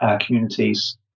communities